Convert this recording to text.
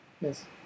Yes